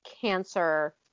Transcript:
cancer